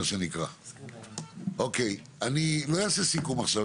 אני לא אעשה סיכום עכשיו.